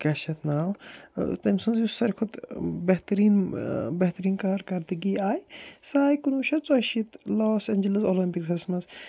کیٛاہ چھِ اَتھ ناو تٔمۍ سٕنٛز یُس ساروی کھۄتہٕ بہتریٖن بہتریٖن کارکَردٕگی آیہِ سۄ آیہِ کُنوُہ شَتھ ژۄیہِ شیٖتھ لاس اٮ۪نجٕلٕز اولَمپِکسَس منٛز